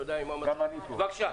בבקשה.